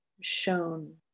shown